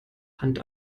hand